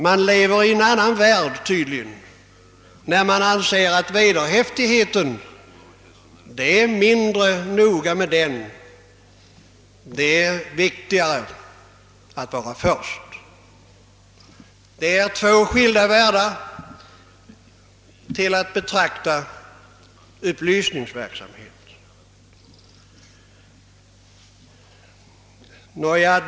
Man lever tydligen i en annan värld när man anser, att det är mindre noga med vederhäftighet, det är viktigare att vara först.